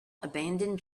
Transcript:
abandoned